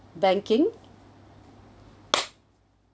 banking